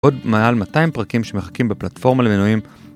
עוד מעל 200 פרקים שמחכים בפלטפורמה למינויים.